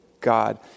God